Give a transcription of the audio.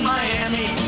Miami